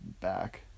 back